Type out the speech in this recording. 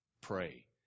pray